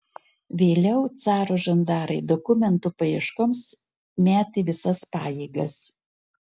vėliau caro žandarai dokumento paieškoms metė visas pajėgas